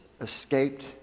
escaped